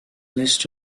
list